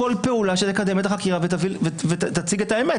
פעולה שתקדם את החקירה ותציג את האמת.